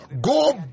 go